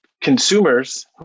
consumers